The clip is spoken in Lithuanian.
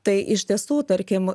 tai iš tiesų tarkim